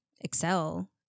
excel